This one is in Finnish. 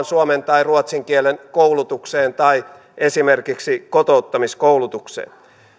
suomen tai ruotsin kielen koulutukseen tai esimerkiksi kotouttamiskoulutukseen